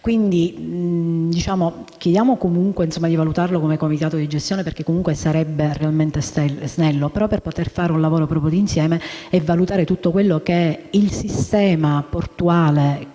Quindi, chiediamo comunque di valutarlo come comitato, perché sarebbe realmente snello, ma per poter fare un lavoro di insieme e valutare tutto quello che è il sistema portuale,